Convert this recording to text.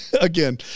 Again